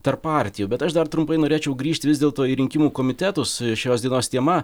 tarp partijų bet aš dar trumpai norėčiau grįžt vis dėlto į rinkimų komitetus šios dienos tema